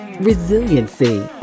Resiliency